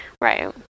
Right